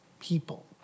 people